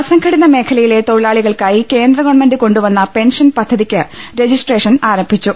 അസംഘടിത മേഖലയിലെ തൊഴിലാളിക്കൾക്കായി കേന്ദ്ര ഗവൺമെന്റ് കൊണ്ടുവന്ന പെൻഷൻ പദ്ധതിയ്ക്ക് രജിസ്ട്രേ ഷൻ ആരംഭിച്ചു